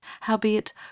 Howbeit